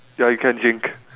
ya you can drink